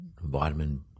vitamin